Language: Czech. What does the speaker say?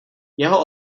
jeho